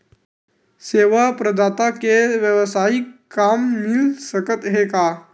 सेवा प्रदाता के वेवसायिक काम मिल सकत हे का?